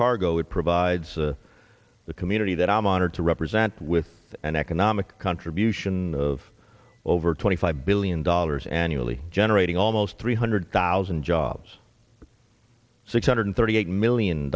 cargo it provides a the community that i'm honored to represent with an economic contribution of over twenty five billion dollars annually generating almost three hundred thousand jobs six hundred thirty eight million